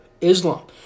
Islam